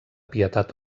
pietat